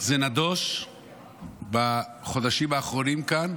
זה נדוש בחודשים האחרונים כאן,